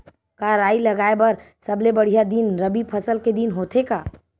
का राई लगाय बर सबले बढ़िया दिन रबी फसल के दिन होथे का?